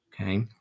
okay